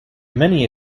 many